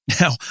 Now